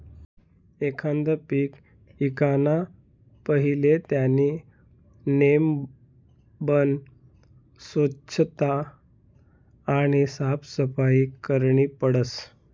एखांद पीक ईकाना पहिले त्यानी नेमबन सोच्छता आणि साफसफाई करनी पडस